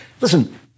Listen